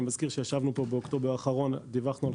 אני מזכיר שישבנו פה באוקטובר האחרון ודיווחנו על